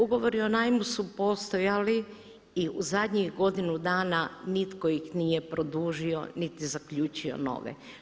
Ugovori o najmu su postojali i u zadnjih godinu dana nitko ih nije produžio, niti zaključio nove.